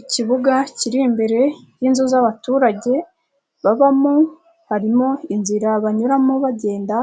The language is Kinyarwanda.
Ikibuga kiri imbere y'inzu z'abaturage babamo, harimo inzira banyuramo bagenda,